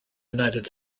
united